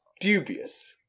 dubious